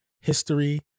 history